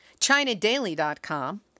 Chinadaily.com